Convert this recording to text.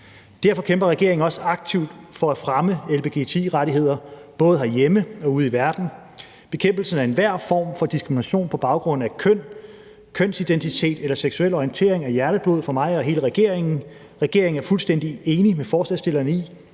Derfor kæmper regeringen også aktivt for at fremme lgbti-rettigheder, både herhjemme og ude i verden. Bekæmpelsen af enhver form for diskrimination på baggrund af køn, kønsidentitet eller seksuel orientering er hjerteblod for mig og hele regeringen. Regeringen er fuldstændig enig med forslagsstillerne i,